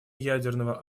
ядерного